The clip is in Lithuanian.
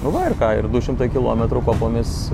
nu va ir ką ir du šimtai kilometrų kopomis